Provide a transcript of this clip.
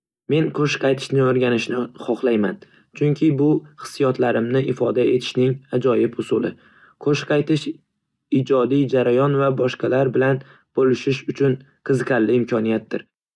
Men qo'shiq aytishni o'rganishni hohlayman, chunki bu hissiyotlarimni ifoda etishning ajoyib usuli. Qo'shiq aytish ijodiy jarayon va boshqalar bilan bo'lishish uchun qiziqarli imkoniyatdir.